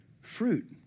fruit